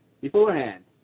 beforehand